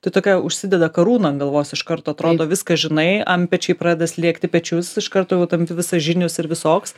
tai tokią užsideda karūną ant galvos iš karto atrodo viską žinai antpečiai pradeda slėgti pečius iš karto jau tampi visažinis ir visoks